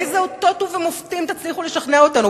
באילו אותות ומופתים תצליחו לשכנע אותנו?